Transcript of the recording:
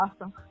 awesome